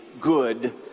good